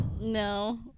No